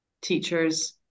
teachers